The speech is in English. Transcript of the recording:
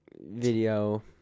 video